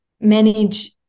manage